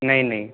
ਨਹੀਂ ਨਹੀਂ